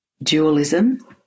dualism